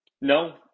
No